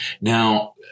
Now